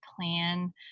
plan